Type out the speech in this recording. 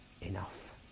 enough